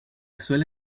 suele